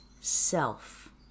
self